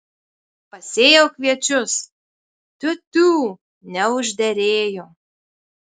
pasėjau kviečius tiu tiū neužderėjo